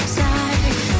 side